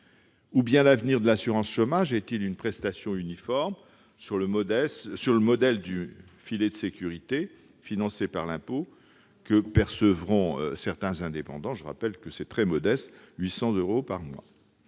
question ! L'avenir de l'assurance chômage tient-il en une prestation uniforme, sur le modèle du filet de sécurité, financé par l'impôt, que percevront certains indépendants- je rappelle que la somme est modeste : 800 euros par mois